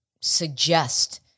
suggest